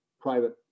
private